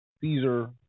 Caesar